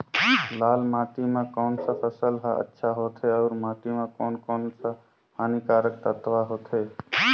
लाल माटी मां कोन सा फसल ह अच्छा होथे अउर माटी म कोन कोन स हानिकारक तत्व होथे?